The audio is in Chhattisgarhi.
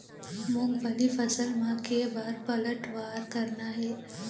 मूंगफली फसल म के बार पलटवार करना हे?